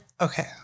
Okay